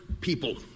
people